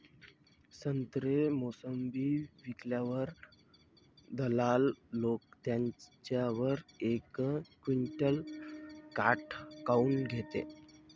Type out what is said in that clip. संत्रे, मोसंबी विकल्यावर दलाल लोकं त्याच्यावर एक क्विंटल काट काऊन घेते?